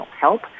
help